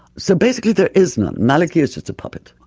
so basically there is none, maliki is just a puppet.